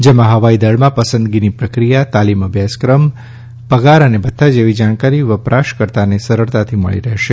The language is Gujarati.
જેમાં હવાઈદળમાં પસંદગીની પ્રક્રિયા તાલિમ અભ્યાસક્રમ પગાર અને ભથ્થા જેવી જાણકારી વપરાશકર્તાને સરળતાથી મળી રહેશે